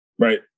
Right